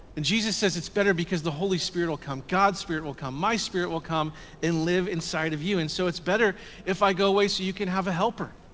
and jesus says it's better because the holy spirit will come, god's spirit will come. my spirit will come and live inside of you, and so it's better if i go away so you can have a helper.